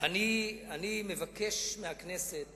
אני מבקש מהכנסת